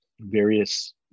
various